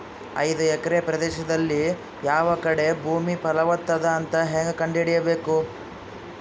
ಐದು ಎಕರೆ ಪ್ರದೇಶದಲ್ಲಿ ಯಾವ ಕಡೆ ಭೂಮಿ ಫಲವತ ಅದ ಅಂತ ಹೇಂಗ ಕಂಡ ಹಿಡಿಯಬೇಕು?